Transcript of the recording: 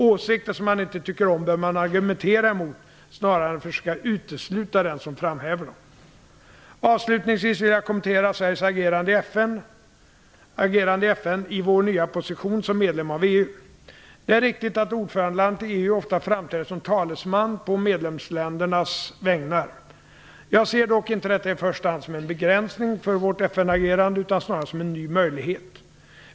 Åsikter som man inte tycker om bör man argumentera emot snarare än att försöka utesluta den som framhäver dem. Avslutningsvis vill jag kommentera Sveriges agerande i FN i vår nya position som medlem av EU. Det är riktigt att ordförandelandet i EU ofta framträder som talesman på medlemsländernas vägnar. Jag ser dock inte detta i första hand som en begränsning för vårt FN-agerande utan snarare som en ny möjlighet.